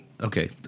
Okay